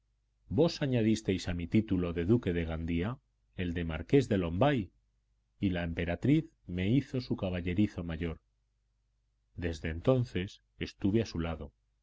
vos añadisteis a mi título de duque de gandía el de marqués de lombay y la emperatriz me hizo su caballerizo mayor desde entonces estuve a su lado